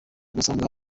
urasanga